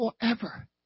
forever